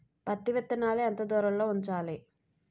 పత్తి విత్తనాలు ఎంత దూరంలో ఉంచాలి?